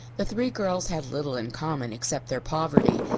the three girls had little in common except their poverty,